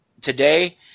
today